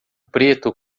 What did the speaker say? preto